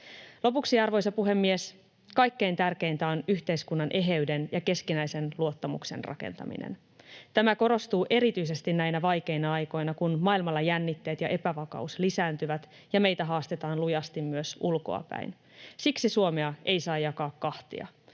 Lopuksi, arvoisa puhemies: Kaikkein tärkeintä on yhteiskunnan eheyden ja keskinäisen luottamuksen rakentaminen. Tämä korostuu erityisesti näinä vaikeina aikoina, kun maailmalla jännitteet ja epävakaus lisääntyvät ja meitä haastetaan lujasti myös ulkoapäin. Siksi Suomea ei saa jakaa kahtia,